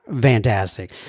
fantastic